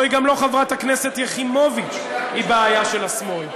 גם לא חברת הכנסת יחימוביץ בעיה של השמאל.